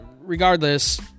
regardless